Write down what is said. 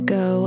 go